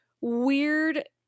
weird